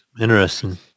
Interesting